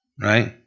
right